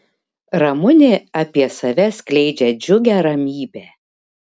ramunė apie save skleidžia džiugią ramybę